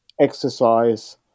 exercise